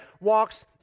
walks